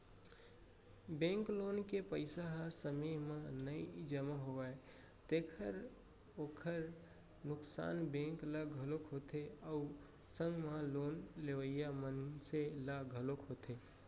bank loan के पइसा ह समे म नइ जमा होवय तेखर ओखर नुकसान बेंक ल घलोक होथे अउ संग म लोन लेवइया मनसे ल घलोक होथे